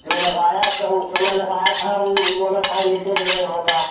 जो लगाया था उस समय लगाया था वो भी बोला था लीकेज नहीं होगा